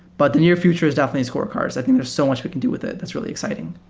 but the near future is definitely scorecards. i think there are so much we can do with it that's really exciting.